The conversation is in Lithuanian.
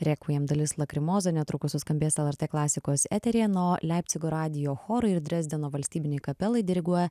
requiem dalis lakrimoza netrukus suskambės lrt klasikos eteryje na o leipcigo radijo chorui ir drezdeno valstybinei kapelai diriguoja